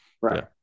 Right